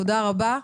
תודה רבה.